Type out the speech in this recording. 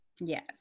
Yes